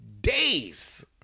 days